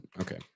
okay